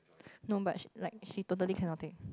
no but she like she totally cannot take